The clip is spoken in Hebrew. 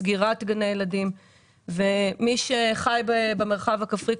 סגירת גני הילדים ומי שחי במרחב הכפרי,